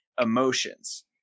emotions